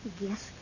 Yes